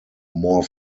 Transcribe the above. more